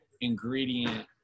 ingredient